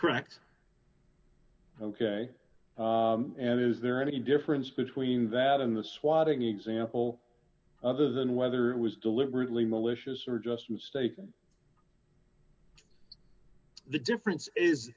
correct ok and is there any difference between that and the swatting example other than whether it was deliberately malicious or just mistaken the difference is